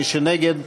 מי שנגד,